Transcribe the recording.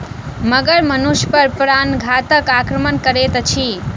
मगर मनुष पर प्राणघातक आक्रमण करैत अछि